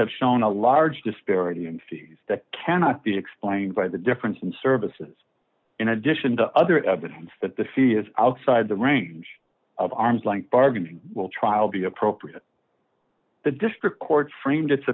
have shown a large disparity in fees that cannot be explained by the difference in services in addition to other evidence that the fee is outside the range of arm's length bargaining will trial be appropriate the district court framed its